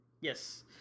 Yes